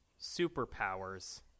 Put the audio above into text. superpowers